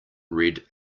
red